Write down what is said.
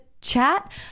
chat